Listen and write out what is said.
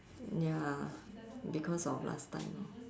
ya because of last time lor